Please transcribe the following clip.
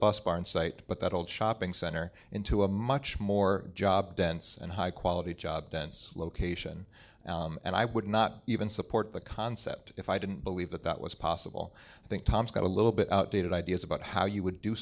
bus barn site but that old shopping center into a much more job dense and high quality job dense location and i would not even support the concept if i didn't believe that that was possible i think tom's got a little bit outdated ideas about how you would do